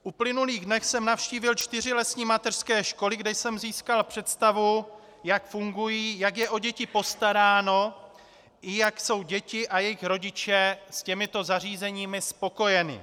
V uplynulých dnech jsem navštívil čtyři lesní mateřské školy, kde jsem získal představu, jak fungují, jak je o děti postaráno i jak jsou děti a jejich rodiče s těmito zařízeními spokojeni.